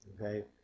okay